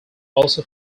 also